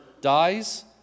dies